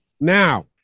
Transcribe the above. Now